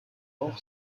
auch